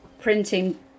printing